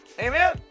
Amen